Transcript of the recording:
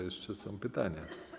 Jeszcze są pytania.